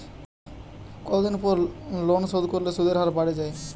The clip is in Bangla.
কতদিন পর লোন শোধ করলে সুদের হার বাড়ে য়ায়?